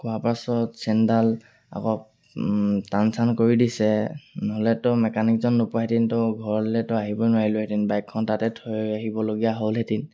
খোৱা পাছত চেইনডাল আকৌ টান চান কৰি দিছে নহ'লেতো মেকানিকজন নোপোৱাহেঁতেনতো ঘৰলেতো আহিবই নোৱাৰিলোঁহেঁতেন বাইকখন তাতে থৈ আহিবলগীয়া হ'লহেঁতেন